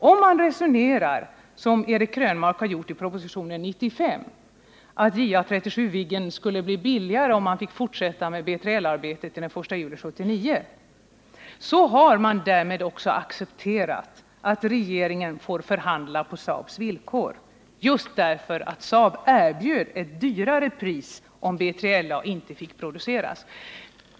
Om man resonerar som Eric Krönmark gör i propositionen 95, att JA 37 Viggen skulle bli billigare om man fick fortsätta med B3LA-arbetet till den 1 juli 1979, så har man därmed också accepterat att regeringen får förhandla på Saab-Scanias villkor, just därför att Saab-Scania erbjöd ett högre pris om B3LA inte fick produceras.